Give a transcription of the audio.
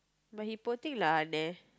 but he poor thing lah there